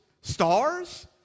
Stars